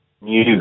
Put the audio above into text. new